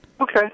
Okay